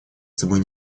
собой